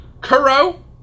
Kuro